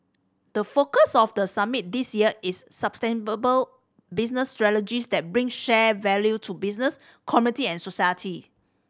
the focus of the summit this year is sustainable business strategies that bring shared value to business community and society